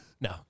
No